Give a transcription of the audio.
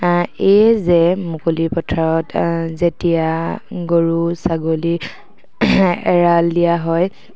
এইয়ে যে মুকলি পথাৰত যেতিয়া গৰু ছাগলী এৰাল দিয়া হয়